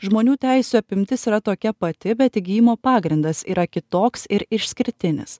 žmonių teisių apimtis yra tokia pati bet įgijimo pagrindas yra kitoks ir išskirtinis